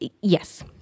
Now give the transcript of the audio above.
Yes